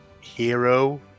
hero